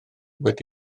wedi